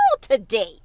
today